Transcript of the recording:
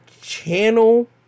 channel